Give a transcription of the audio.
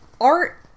Art